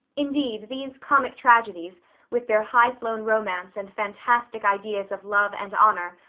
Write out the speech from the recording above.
indeed, these comic tragedies with their highflown romance and fantastic ideas of love and honor,